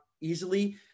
easily